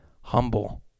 humble